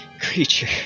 creature